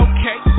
Okay